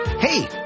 Hey